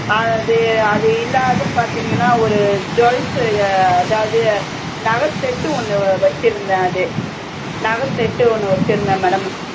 அது அது இல்லாத பார்த்திங்கன்னா ஒரு ஜுவெல்ஸ்ஸு அதாவது நகை செட்டு ஒன்று வச்சுருந்தேன் அது நகை செட்டு ஒன்று வச்சுருந்தேன் மேடம்